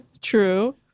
True